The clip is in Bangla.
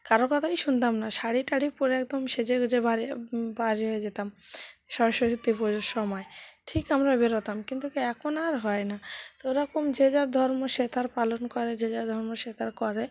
কারোর কথাই শুনতাম না শাড়ি টাড়ি পরে একদম সেজে গুজে বার হয়ে বার হয়ে যেতাম সরস্বতী পুজোর সময় ঠিক আমরা বেরোতাম কিন্তু কি এখন আর হয় না তো ওরকম যে যার ধর্ম সে তার পালন করে যে যার ধর্ম সে তার করে